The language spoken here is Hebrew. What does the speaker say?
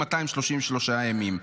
233 ימים.